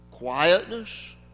quietness